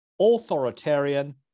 authoritarian